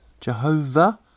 Jehovah